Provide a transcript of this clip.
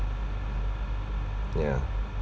ya